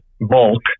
bulk